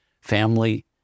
family